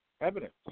evidence